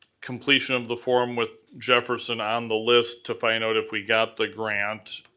completion of the form with jefferson on the list to find out if we got the grant,